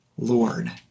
Lord